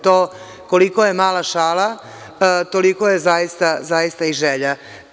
To koliko je mala šala, toliko je zaista i želja.